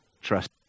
Trust